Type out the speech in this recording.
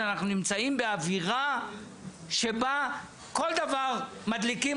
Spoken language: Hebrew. שאנחנו נמצאים באווירה שבה כל דבר מדליקים